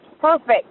perfect